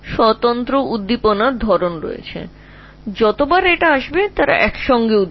সুতরাং যতবার এটা আসবে তারা এক সাথে থাকবে